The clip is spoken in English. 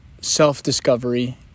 self-discovery